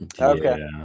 Okay